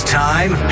time